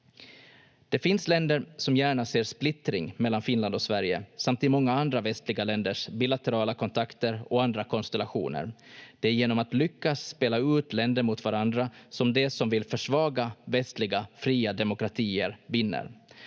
Det finns länder som gärna ser splittring mellan Finland och Sverige samt i många andra västliga länders bilaterala kontakter och andra konstellationer. Det är genom att lyckas spela ut länder mot varandra som de som vill försvaga västliga, fria demokratier vinner.